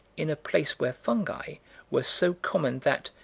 in a place where fungi were so common that,